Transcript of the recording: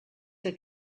que